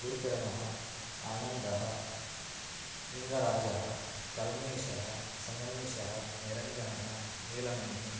गुरुकिरणः आनन्दः निङ्गराजः कल्मेषः सङ्गमेषः निरञ्जनः नीलमणिः